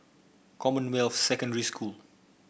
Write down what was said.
Commonwealth Secondary School